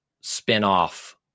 spin-off